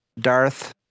Darth